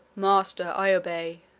master, i obey,